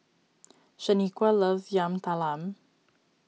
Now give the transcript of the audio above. Shaniqua loves Yam Talam